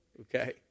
okay